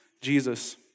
Jesus